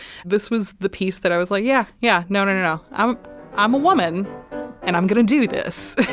this was the piece that i was like, yeah, yeah no, no, no, no. i'm i'm a woman and i'm gonna do this